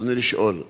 רצוני לשאול: